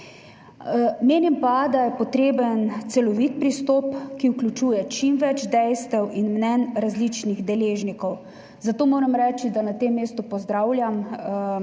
Menim, da je potreben celovit pristop, ki vključuje čim več dejstev in mnenj različnih deležnikov, zato moram reči, da na tem mestu pozdravljam